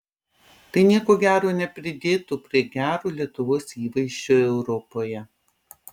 tai nieko gero nepridėtų prie gero lietuvos įvaizdžio europoje